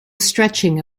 stretching